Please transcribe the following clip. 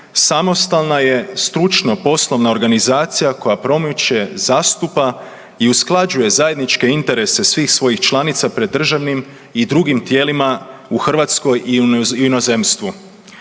samostalna je stručno-poslovna organizacija koja promiče, zastupa i usklađuje zajedničke interese svih svojih članica pred državnim i drugim tijelima u Hrvatskoj i u inozemstvu.